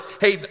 Hey